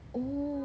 oh